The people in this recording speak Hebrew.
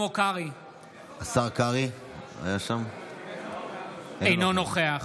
אינו נוכח